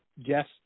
yes